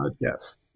yes